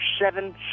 seven